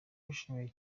bishimiye